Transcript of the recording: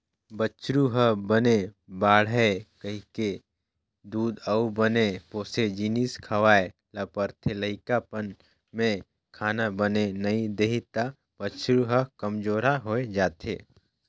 बछरु ह बने बाड़हय कहिके दूद अउ बने पोसन जिनिस खवाए ल परथे, लइकापन में खाना बने नइ देही त बछरू ह कमजोरहा हो जाएथे